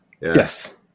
yes